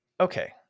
Okay